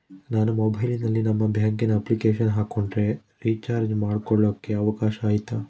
ನಾನು ಮೊಬೈಲಿನಲ್ಲಿ ನಿಮ್ಮ ಬ್ಯಾಂಕಿನ ಅಪ್ಲಿಕೇಶನ್ ಹಾಕೊಂಡ್ರೆ ರೇಚಾರ್ಜ್ ಮಾಡ್ಕೊಳಿಕ್ಕೇ ಅವಕಾಶ ಐತಾ?